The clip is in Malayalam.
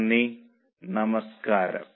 നന്ദി നമസ്കാരം